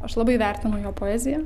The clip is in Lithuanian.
aš labai vertinu jo poeziją